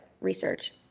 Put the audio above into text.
research